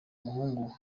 umuhungu